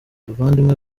bavandimwe